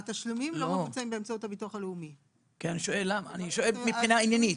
אני שואל מבחינה עניינית.